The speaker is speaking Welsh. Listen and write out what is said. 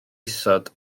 isod